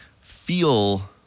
feel